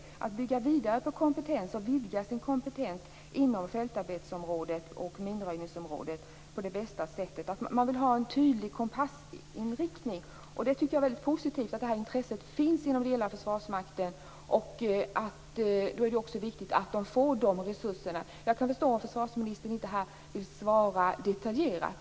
Vilka möjligheter skall man få för att bygga vidare på och vidga sin kompetens inom fältarbetsområdet och på minröjningsområdet på det bästa sättet? Man vill ha en tydlig kompassriktning. Och jag tycker att det är positivt att det här intresset finns inom den lilla försvarsmakten. Då är det också viktigt att man får dessa resurser. Jag kan förstå om försvarsministern inte här vill svara detaljerat.